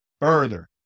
further